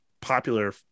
popular